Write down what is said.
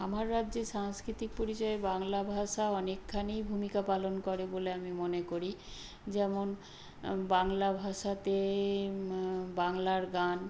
আমার রাজ্যে সাংস্কৃতিক পরিচয়ে বাংলা ভাষা অনেকখানিই ভূমিকা পালন করে বলে আমি মনে করি যেমন বাংলা ভাষাতে বাংলার গান